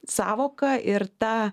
sąvoka ir ta